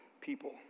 people